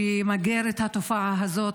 שימגר את התופעה הזאת.